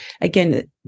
Again